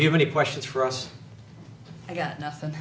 do you have any questions for us i got nothing